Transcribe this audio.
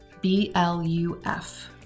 B-L-U-F